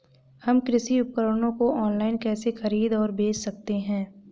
हम कृषि उपकरणों को ऑनलाइन कैसे खरीद और बेच सकते हैं?